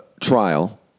trial